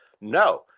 No